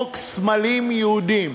למחוק סמלים יהודיים.